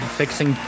fixing